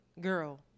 Girl